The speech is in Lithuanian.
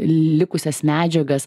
likusias medžiagas